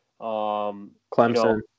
Clemson